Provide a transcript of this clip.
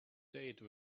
date